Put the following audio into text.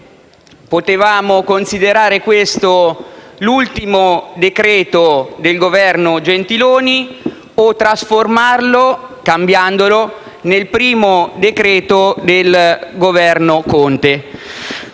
Potevamo considerare questo l'ultimo decreto-legge del Governo Gentiloni Silveri o trasformarlo, cambiandolo, nel primo decreto-legge del Governo Conte.